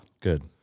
Good